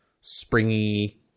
springy